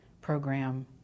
program